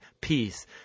peace